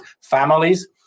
families